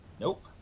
Nope